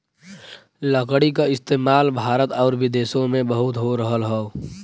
लकड़ी क इस्तेमाल भारत आउर विदेसो में बहुत हो रहल हौ